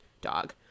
dog